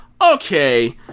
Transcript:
okay